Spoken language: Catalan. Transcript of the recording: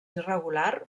irregular